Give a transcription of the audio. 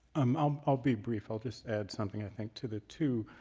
um i'll be brief. i'll just add something i think, to the two.